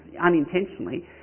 unintentionally